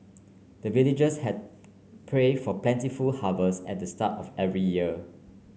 the villagers had pray for plentiful harvest at the start of every year